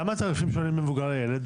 למה התעריפים שונים בין מבוגר לילד?